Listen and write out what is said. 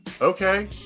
okay